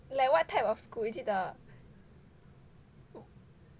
like what type of school is it the